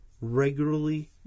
regularly